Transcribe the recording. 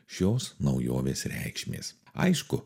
šios naujovės reikšmės aišku